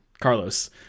Carlos